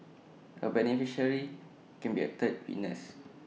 A beneficiary can be A third witness